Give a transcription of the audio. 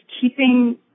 keeping